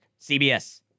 CBS